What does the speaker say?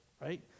right